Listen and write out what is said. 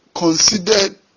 considered